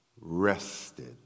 Rested